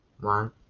one